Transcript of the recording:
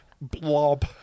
Blob